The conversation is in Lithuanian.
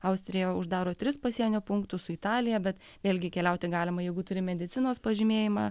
austrija uždaro tris pasienio punktus su italija bet vėlgi keliauti galima jeigu turi medicinos pažymėjimą